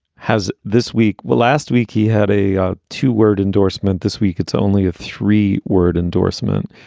has this week. well, last week he had a ah two word endorsement this week. it's only a three word endorsement.